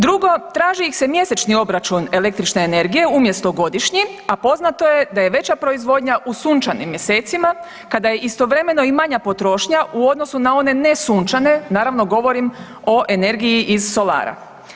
Drugo traži ih se mjesečni obračun električne energije umjesto godišnji, a poznato je da je veća proizvodnja u sunčanim mjesecima kada je istovremeno i manja potrošnja u odnosu na one nesunčane, naravno govorim o energiji iz solara.